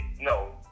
no